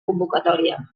convocatòria